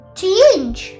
change